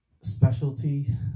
specialty